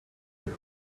you